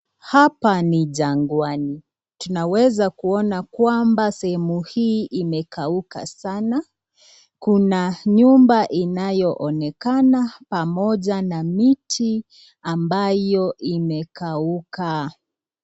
Hapa ni jangwani tunaweza kuona kwamba sehemu hii imekauka sana , kuna nyumba inayoonekana pamoja na miti ambayo imekauka.